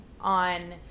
on